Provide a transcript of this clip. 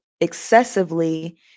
excessively